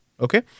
Okay